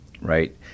right